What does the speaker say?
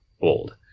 old